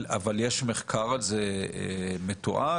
אבל יש מחקר על זה מתועד,